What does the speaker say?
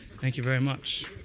thank you very much.